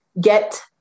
Get